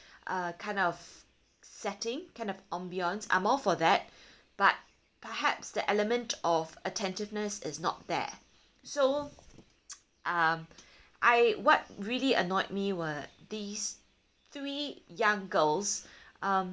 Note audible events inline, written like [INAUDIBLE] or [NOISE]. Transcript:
uh kind of setting kind of ambience I'm all for that but perhaps the element of attentiveness is not there so [NOISE] um I what really annoyed me were these three young girls um